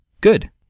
Good